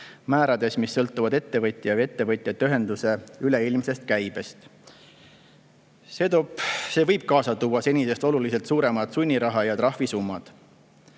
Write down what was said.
määrades, mis sõltuvad ettevõtja või ettevõtjate ühenduse üleilmsest käibest. See võib kaasa tuua senisest oluliselt suuremad sunniraha ja trahvi summad,